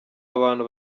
abantu